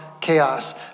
chaos